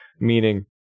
meaning